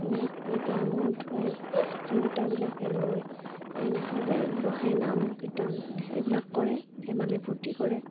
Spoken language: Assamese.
ধুনিয়াকৈ গা মূৰ ধুৱাই তিৰোতাবিলাকে লৈ কইনা সজাই বহাই নাম কীৰ্তন এইবিলাক কৰে ধেমালি স্ফূৰ্তি কৰে